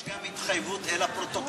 יש גם התחייבות של השר,